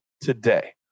today